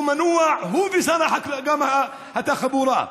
שהוא מנוע, הוא וגם שר התחבורה,